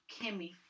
Kimmy